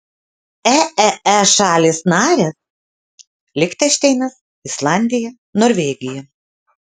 eee šalys narės lichtenšteinas islandija norvegija